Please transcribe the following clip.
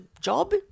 job